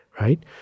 right